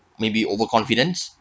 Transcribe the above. maybe overconfidence